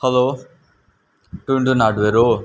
hello Tuntun hardware हो